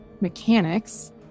mechanics